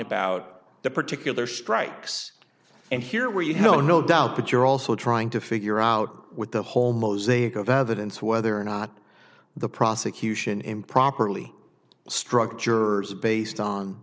about the particular strikes and here where you know no doubt but you're also trying to figure out with the whole mosaic of evidence whether or not the prosecution improperly structure is based